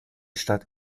stadt